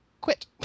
quit